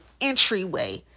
entryway